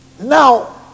Now